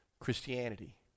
Christianity